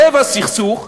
לב הסכסוך,